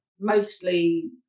mostly